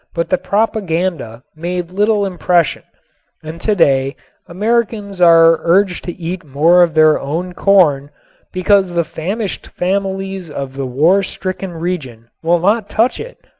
but the propaganda made little impression and today americans are urged to eat more of their own corn because the famished families of the war-stricken region will not touch it.